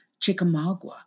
Chickamauga